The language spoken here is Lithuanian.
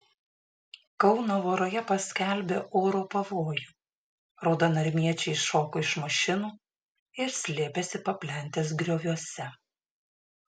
kauno voroje paskelbė oro pavojų raudonarmiečiai iššoko iš mašinų ir slėpėsi paplentės grioviuose